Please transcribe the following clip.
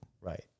right